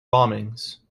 bombings